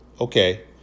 okay